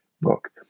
book